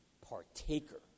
Partaker